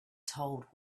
told